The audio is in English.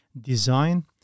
design